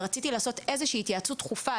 ורציתי לעשות איזה שהיא התייעצות דחופה,